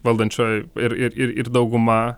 valdančioji ir ir ir ir dauguma